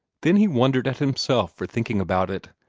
then he wondered at himself for thinking about it,